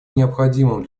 необходимым